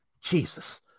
Jesus